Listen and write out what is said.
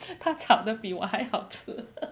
他炒得比我还好吃